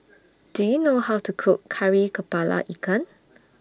Do YOU know How to Cook Kari Kepala Ikan